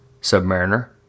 Submariner